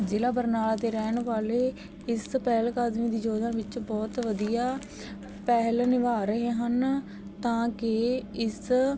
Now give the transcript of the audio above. ਜ਼ਿਲ੍ਹਾ ਬਰਨਾਲਾ ਦੇ ਰਹਿਣ ਵਾਲੇ ਇਸ ਪਹਿਲਕਦਮੀ ਦੀ ਯੋਜਨਾ ਵਿੱਚ ਬਹੁਤ ਵਧੀਆ ਪਹਿਲ ਨਿਭਾ ਰਹੇ ਹਨ ਤਾਂ ਕਿ ਇਸ